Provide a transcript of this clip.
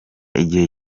igihe